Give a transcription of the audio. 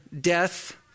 death